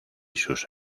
sus